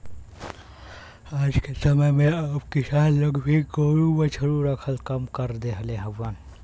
आजके समय में अब किसान लोग भी गोरु बछरू रखल कम कर देहले हउव